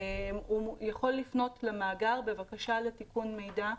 הוא יכול לפנות למאגר בבקשה לתיקון מידע.